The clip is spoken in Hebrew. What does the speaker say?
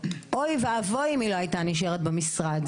אוי ואבוי אם היא לא הייתה נשארת במשרד.